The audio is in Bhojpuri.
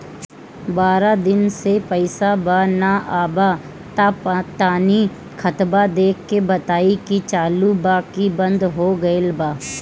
बारा दिन से पैसा बा न आबा ता तनी ख्ताबा देख के बताई की चालु बा की बंद हों गेल बा?